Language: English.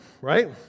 right